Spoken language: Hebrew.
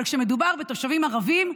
אבל כשמדובר בתושבים ערבים,